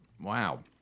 Wow